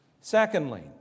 Secondly